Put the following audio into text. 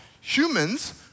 humans